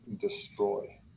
destroy